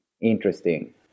interesting